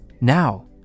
Now